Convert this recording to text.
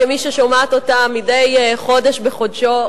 כמי ששומעת אותן מדי חודש בחודשו,